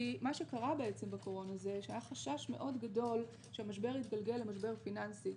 מה שקרה בקורונה הוא שהיה חשש גדול מאוד שהמשבר יתגלגל למשבר פיננסי,